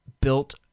built